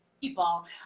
people